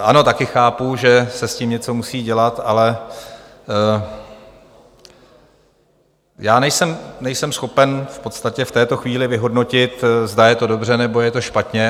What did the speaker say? Ano, také chápu, že se s tím něco musí dělat, ale já nejsem schopen v podstatě v této chvíli vyhodnotit, zda je to dobře, nebo je to špatně.